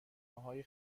پاهای